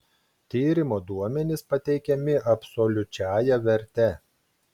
tyrimo duomenys pateikiami absoliučiąja verte